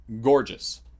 gorgeous